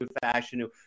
fashion